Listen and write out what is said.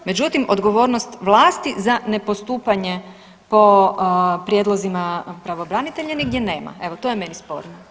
Međutim, odgovornost vlasti za ne postupanje po prijedlozima pravobranitelja nigdje nema, evo to je meni sporno.